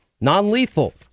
Non-lethal